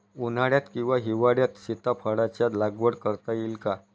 उन्हाळ्यात किंवा हिवाळ्यात सीताफळाच्या लागवड करता येईल का?